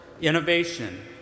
innovation